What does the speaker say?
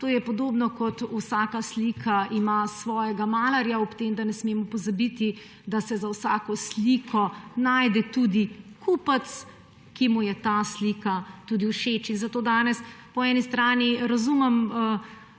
To je podobno, kot vsaka slika ima svojega malarja, ob tem da ne smemo pozabiti, da se za vsako sliko najde tudi kupec, ki mu je ta slika tudi všeč. Zato danes po eni strani razumem